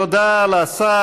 תודה לשר.